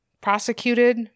prosecuted